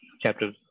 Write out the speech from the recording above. chapter